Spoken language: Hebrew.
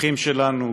אחים שלנו,